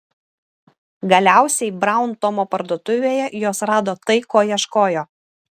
galiausiai braun tomo parduotuvėje jos rado tai ko ieškojo